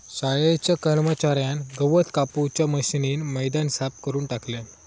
शाळेच्या कर्मच्यार्यान गवत कापूच्या मशीनीन मैदान साफ करून टाकल्यान